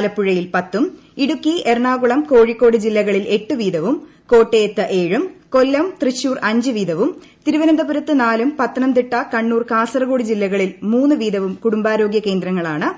ആലപ്പുഴയിൽ പത്തും ഇടുക്കി എറണാകുളം കോഴിക്കോട് ജില്ലകളിൽ എട്ടുവീതവും കോട്ടയത്ത് ഏഴും കൊല്ലത്തും തൃശൂരും അഞ്ചുവീതവും തിരുവന്തപുരത്ത് നാലും പത്തനംതിട്ട കണ്ണൂർ കാസർകോട് ജില്ലകളിൽ മൂന്നുവീതവും കുടുംബാരോഗൃ കേന്ദ്രങ്ങളാണ്